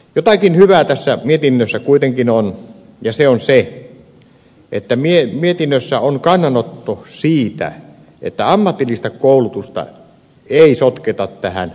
jotakin hyvää tässä mietinnössä kuitenkin on ja se on se että mietinnössä on kannanotto siitä että ammatillista koulutusta ei sotketa tähän pakkolakiin